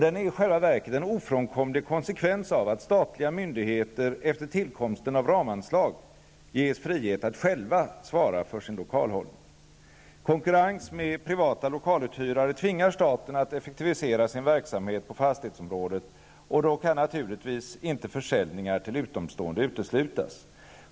Den är i själva verket en ofrånkomlig konsekvens av att statliga myndigheter efter tillkomsten av ramanslag ges frihet att själva svara för sin lokalhållning. Konkurrens med privata lokaluthyrare tvingar staten att effektivisera sin verksamhet på fastighetsområdet, och då kan naturligtvis inte försäljningar till utomstående uteslutas.